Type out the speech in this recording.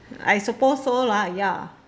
I suppose so lah ya